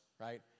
right